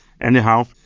anyhow